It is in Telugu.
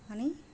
అని